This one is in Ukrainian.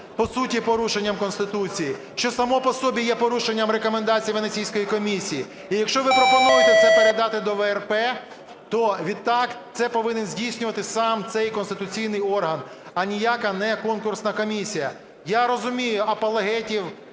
по суті порушенням Конституції, що само по собі є порушенням рекомендацій Венеційської комісії, і якщо ви пропонуєте це передати до ВРП, то відтак це повинен здійснювати сам цей конституційний орган, а ніяка не конкурсна комісія. Я розумію апологетів